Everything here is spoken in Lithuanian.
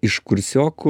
iš kursiokų